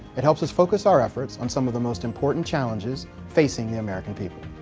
it helps us focus our efforts on some of the most important challenges facing the american people.